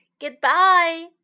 Goodbye